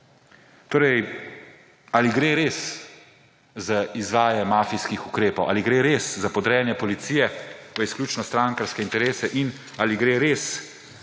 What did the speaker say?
zaposli. Ali gre res za izvajanje mafijskih ukrepov? Ali gre res za podrejanje policije v izključno strankarske interese? In ali gre res